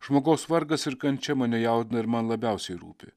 žmogaus vargas ir kančia mane jaudina ir man labiausiai rūpi